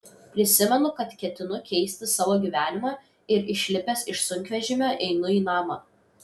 prisimenu kad ketinu keisti savo gyvenimą ir išlipęs iš sunkvežimio einu į namą